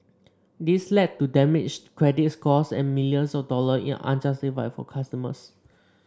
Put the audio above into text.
this led to damaged credit scores and millions of dollar in unjustified fees for customers